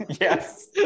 Yes